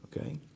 okay